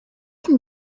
can